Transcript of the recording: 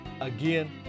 again